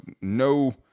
no –